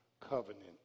covenant